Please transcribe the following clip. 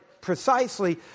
precisely